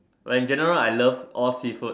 when general I love all seafood